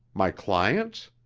my clients?